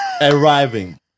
arriving